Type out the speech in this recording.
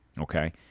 Okay